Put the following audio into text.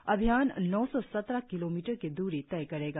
यह अभियान नौ सौ सत्रह किलोमीटर की दूरी तय करेगा